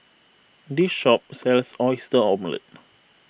this shop sells Oyster Omelette